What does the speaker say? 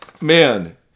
Man